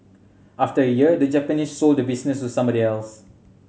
after a year the Japanese sold the business to somebody else